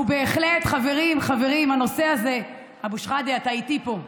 הוא בהחלט, חברים, חברים, אבו שחאדה, אתה איתי פה.